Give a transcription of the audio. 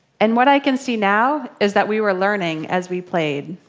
and what i can see now is that we were learning as we played.